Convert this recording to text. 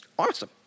awesome